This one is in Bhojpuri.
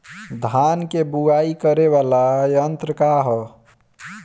धान के बुवाई करे वाला यत्र का ह?